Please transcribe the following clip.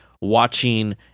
watching